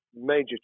major